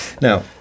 Now